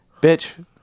bitch